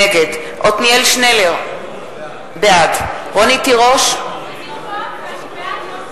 נגד עתניאל שנלר, בעד רונית תירוש, בעד